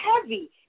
heavy